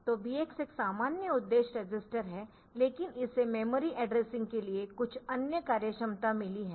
तो BX एक सामान्य उद्देश्य रजिस्टर है लेकिन इसे मेमोरी एड्रेसिंग के लिए कुछ अन्य कार्यक्षमता मिली है